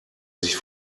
sich